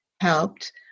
helped